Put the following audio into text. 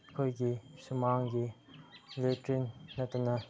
ꯑꯩꯈꯣꯏꯒꯤ ꯁꯨꯃꯥꯡꯒꯤ ꯂꯦꯇ꯭ꯔꯤꯟ ꯅꯠꯇꯅ